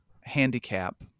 handicap